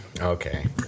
Okay